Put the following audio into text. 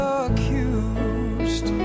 accused